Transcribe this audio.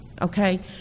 okay